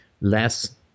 less